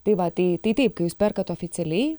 tai va tai taip kai jūs perkat oficialiai